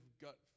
gut